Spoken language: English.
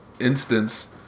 instance